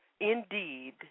indeed